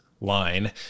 line